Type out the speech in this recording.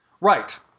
Right